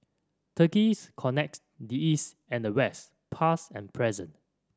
turkey connects the East and the West past and present